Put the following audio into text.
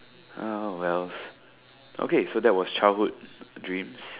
oh wells okay so that was childhood dreams